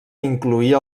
incloïa